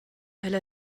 elle